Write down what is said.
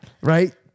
Right